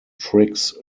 tricks